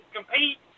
compete